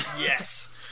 yes